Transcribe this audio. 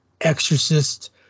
Exorcist